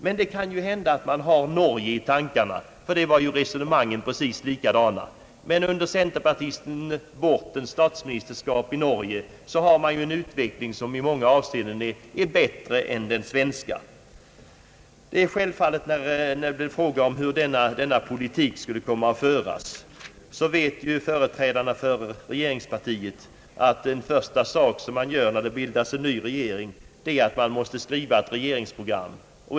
Men det kan ju hända att man har Norge i tankarna, ty i det fallet var ju resonemangen precis likadana. Men under centerpartisten Borthens statsministerskap i Norge har utvecklingen i många avseenden gått bättre där än i Sverige. När det gäller frågan om hur denna politik skulle komma att föras vet företrädarna för regeringspartiet, att den första sak som man gör när det bildas en ny regering är att skriva ett regeringsprogram.